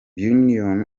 union